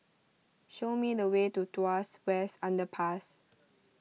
show me the way to Tuas West Underpass